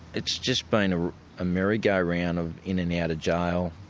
it's just been a ah merry-go-round of in and out of jail,